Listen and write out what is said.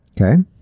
Okay